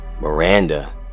Miranda